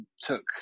took